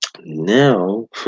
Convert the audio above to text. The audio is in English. Now